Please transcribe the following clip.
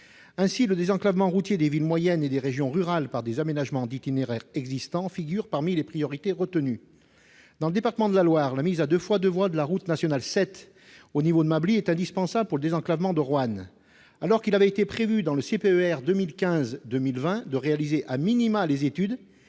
Ainsi, « le désenclavement routier des villes moyennes et des régions rurales par des aménagements d'itinéraires existants » figure parmi les priorités retenues. Dans le département de la Loire, la mise à 2x2 voies de la route nationale 7 au niveau de Mably est indispensable pour désenclaver Roanne. Alors qu'il avait été prévu dans le contrat de plan État-région 2015-2020 de réaliser les études,